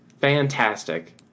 fantastic